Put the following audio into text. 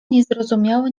niezrozumiały